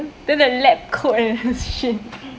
then the lab coat and shit